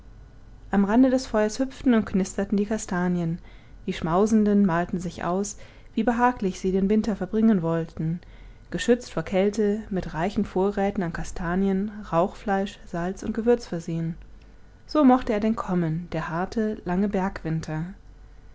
am rande des feuers hüpften und knisterten die kastanien die schmausenden malten sich aus wie behaglich sie den winter verbringen wollten geschützt vor kälte mit reichen vorräten an kastanien rauchfleisch salz und gewürz versehen so mochte er denn kommen der harte lange